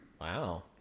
Wow